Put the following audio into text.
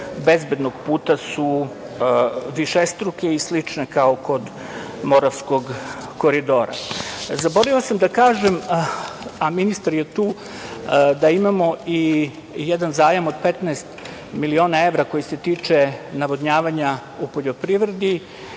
bezbednog puta su višestruke i slične kao kod Moravskog koridora. Zaboravio sam da kažem, a ministar je tu, da imamo i jedan zajam od 15 miliona evra koji se tiče navodnjavanja u privredi